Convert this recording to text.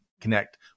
connect